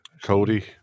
Cody